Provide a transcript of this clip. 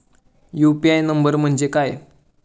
UPI number म्हणजे काय?